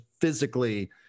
physically